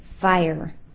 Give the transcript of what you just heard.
fire